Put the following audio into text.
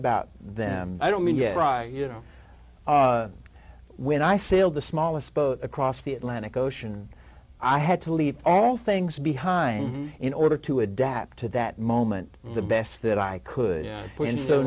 about them i don't mean yeah right you know when i sailed the smallest boat across the atlantic ocean i had to leave all things behind in order to adapt to that moment the best that i could